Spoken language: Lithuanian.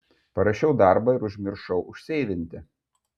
parašiau darbą ir užmiršau užseivinti